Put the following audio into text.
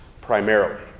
primarily